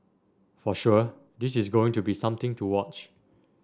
for sure this is going to be something to watch